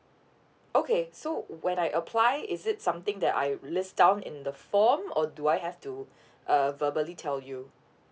okay so when I apply is it something that I've list down in the form or do I have to err verbally tell you